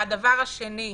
הדבר השני,